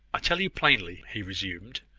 i tell you plainly, he resumed,